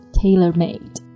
tailor-made